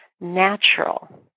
natural